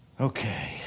Okay